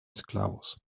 esclavos